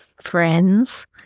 friends